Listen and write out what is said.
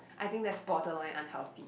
I think that's borderline unhealthy